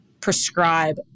prescribe